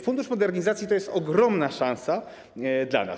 Fundusz Modernizacji to jest ogromna szansa dla nas.